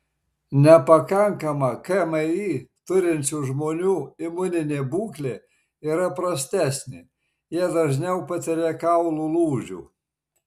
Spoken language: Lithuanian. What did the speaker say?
nepakankamą kmi turinčių žmonių imuninė būklė yra prastesnė jie dažniau patiria kaulų lūžių